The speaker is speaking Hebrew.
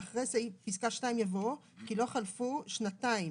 ואחרי פסקה 2 יבוא: "..כי לא חלפו שנתיים